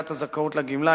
בקביעת הזכאות לגמלה,